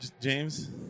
James